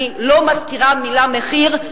אני לא מזכירה את המלה "מחיר",